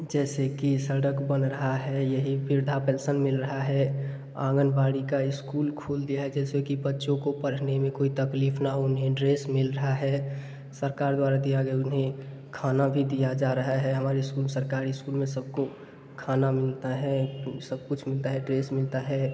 जैसे कि सड़क बन रही है यही वृद्ध पेंसन मिल रही है आंगनवाड़ी का इस्कूल खोल दिया है जैसे कि बच्चों को पढ़ने में कोई तकलीफ़ ना हो उन्हें ड्रेस मिल रहा है सरकार द्वारा दिया गया उन्हें खाना भी दिया जा रहा है हमारे स्कूल सरकारी स्कूल में सब को खाना मिलता है सब कुछ मिलता है ड्रेस मिलता है